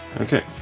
Okay